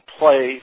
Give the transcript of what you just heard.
play